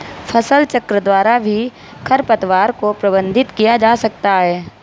फसलचक्र द्वारा भी खरपतवार को प्रबंधित किया जा सकता है